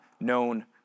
known